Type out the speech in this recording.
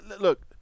look